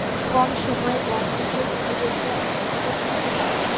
কম সময়ে গম বীজের অঙ্কুরোদগম কিভাবে করতে পারব?